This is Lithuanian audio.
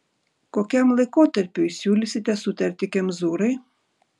kokiam laikotarpiui siūlysite sutartį kemzūrai